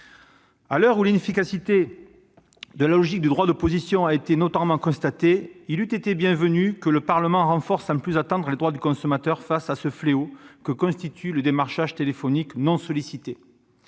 À l'heure où l'inefficacité de la logique du droit d'opposition a été notoirement constatée, il eût été bienvenu que le Parlement renforce sans plus attendre les droits des consommateurs face au fléau que constitue le démarchage téléphonique non sollicité.